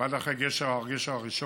ועד אחרי הגשר הראשון,